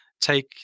take